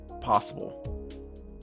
possible